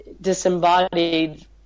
disembodied